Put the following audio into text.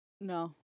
No